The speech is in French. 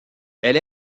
elle